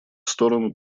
сторону